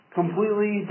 completely